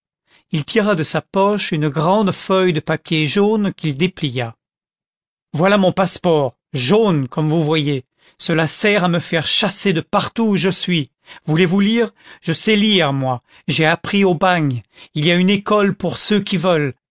il tira de sa poche une grande feuille de papier jaune qu'il déplia voilà mon passeport jaune comme vous voyez cela sert à me faire chasser de partout où je suis voulez-vous lire je sais lire moi j'ai appris au bagne il y a une école pour ceux qui veulent